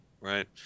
right